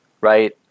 right